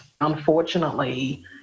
unfortunately